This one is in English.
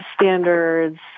standards